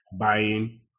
buying